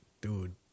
dude